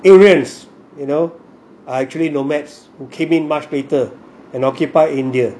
areas you know are actually nomads who came in much later and occupy india